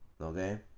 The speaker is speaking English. Okay